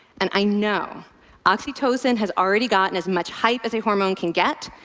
and i know oxytocin has already gotten as much hype as a hormone can get.